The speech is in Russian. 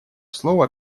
слово